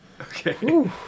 Okay